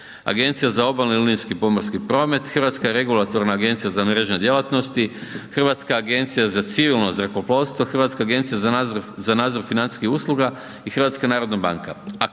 Agencija za obalni linijski pomorski promet, Hrvatska regulatorna agencija za mrežne djelatnosti, Hrvatska agencija za civilno zrakoplovstvo, Hrvatska agencija za nadzor financijskih usluga i HNB, a koordinirat